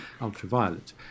ultraviolet